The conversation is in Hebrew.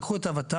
לקחו את הות"ל,